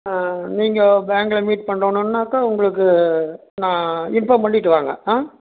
நீங்கள் பேங்கில் மீட் பண்ணணுன்னாக்கா உங்களுக்கு நான் இன்ஃபார்ம் பண்ணிட்டு வாங்க ஆ